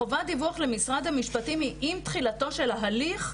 חובת הדיווח למשרד המשפטים היא עם תחילתו של ההליך,